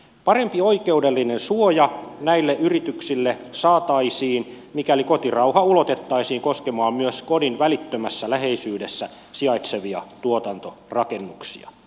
parempi oikeudellinen suoja näille yrityksille saataisiin mikäli kotirauha ulotettaisiin koskemaan myös kodin välittömässä läheisyydessä sijaitsevia tuotantorakennuksia